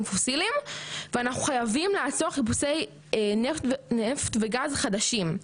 פוסיליים ואנחנו חייבים לעצור חיפושי נפט וגז חדשים.